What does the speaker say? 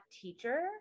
teacher